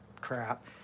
crap